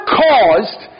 caused